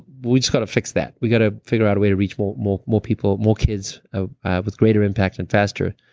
we've got to fix that. we've got to figure out a way to reach more more people more kids ah with greater impact and faster.